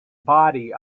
body